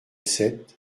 sept